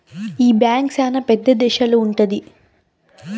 ఈ బ్యాంక్ శ్యానా పెద్ద దేశాల్లో ఉంటది